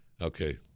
Okay